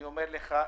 אני אומר לך,